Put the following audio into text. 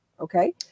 Okay